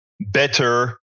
better